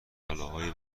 بلاهای